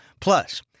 Plus